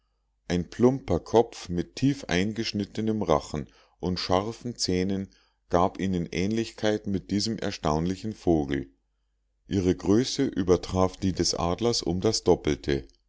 ein plumper kopf mit tiefeingeschnittenem rachen und scharfen zähnen gab ihnen ähnlichkeit mit diesem erstaunlichen vogel ihre größe übertraf die des adlers um das doppelte